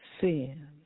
sin